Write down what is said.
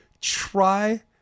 try